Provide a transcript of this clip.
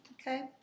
Okay